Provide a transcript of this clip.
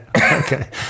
okay